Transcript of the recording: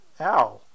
ow